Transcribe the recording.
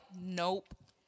Nope